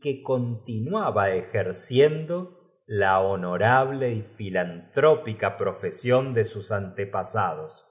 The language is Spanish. que continuaba ejerciendo la honorable y filantrópica profesión de sus antepasados